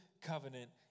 covenant